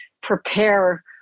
prepare